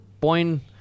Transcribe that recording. point